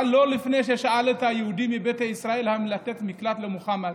אבל לא לפני ששאל את היהודים מביתא ישראל אם לתת מקלט למוחמד.